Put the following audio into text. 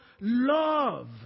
Love